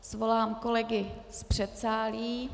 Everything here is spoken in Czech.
Svolám kolegy z předsálí.